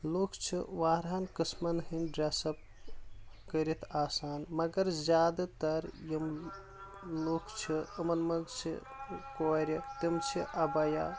لُکھ چھِ واریاہَن قسمن ہِنٛدۍ ڈرٮ۪س اپ کٔرِتھ آسان مگر زیادٕ تر یِم لُکھ چھِ أمن منٛز چھِ کورِ تِم چھِ ابیا